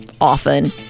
often